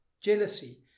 jealousy